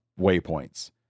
waypoints